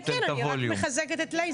כן, כן, אני רק מחזקת את לייזר.